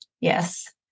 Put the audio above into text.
Yes